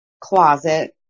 closet